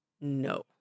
no